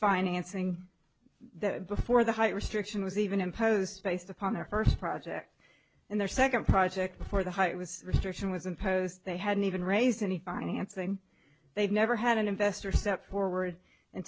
financing before the height restriction was even imposed based upon their first project and their second project before the height was restriction was imposed they hadn't even raised any financing they've never had an investor step forward and